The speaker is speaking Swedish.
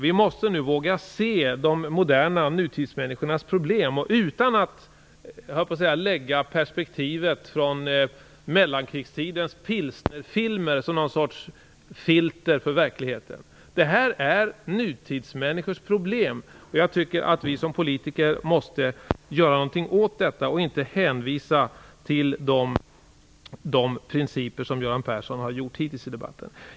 Vi måste nu våga se de moderna nutidsmänniskornas problem utan att lägga perspektivet från mellankrigstidens pilsnerfilmer som någon sorts filter över verkligheten. Det här är nutidsmänniskors problem. Jag tycker att vi som politiker måste göra någonting åt detta och inte hänvisa till de principer som Göran Persson hittills har hänvisat till i debatten.